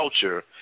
culture